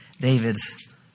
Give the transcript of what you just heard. David's